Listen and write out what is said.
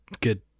good